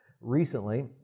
Recently